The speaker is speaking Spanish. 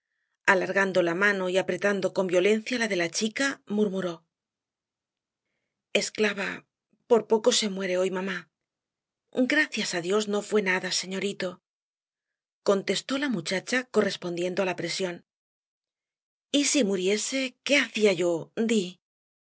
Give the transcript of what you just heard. alargando la mano y apretando con violencia la de la chica murmuró esclava por poco se muere hoy mamá gracias á dios que no fué nada señorito contestó la muchacha correspondiendo á la presión y si muriese qué hacía yo di